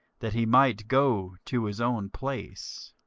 that he might go to his own place.